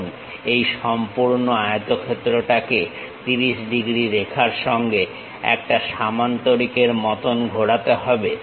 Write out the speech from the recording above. এখন এই সম্পূর্ণ আয়তক্ষেত্রটাকে 30 ডিগ্রী রেখার সঙ্গে একটা সামন্তরিকের মতন ঘোরাতে হবে